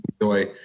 enjoy